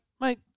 mate